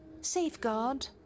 safeguard